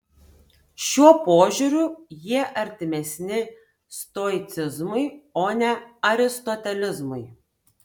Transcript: šiuo požiūriu jie artimesni stoicizmui o ne aristotelizmui